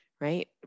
right